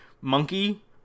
monkey-